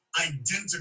identical